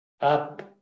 Up